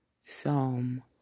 Psalm